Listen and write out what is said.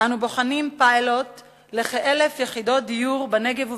אנו בוחנים פיילוט לכ-1,000 יחידות דיור בנגב ובגליל.